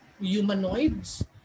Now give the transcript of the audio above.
humanoids